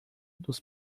dos